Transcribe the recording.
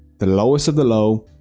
the lowest of the low,